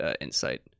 insight